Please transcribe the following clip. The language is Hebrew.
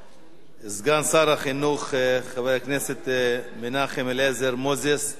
סגן שר החינוך חבר הכנסת מנחם אליעזר מוזס ישיב